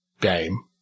game